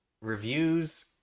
reviews